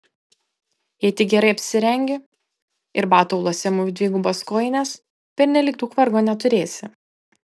jei tik gerai apsirengi ir batų auluose mūvi dvigubas kojines pernelyg daug vargo neturėsi